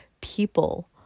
people